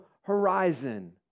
horizon